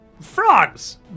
frogs